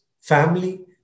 family